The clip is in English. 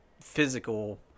physical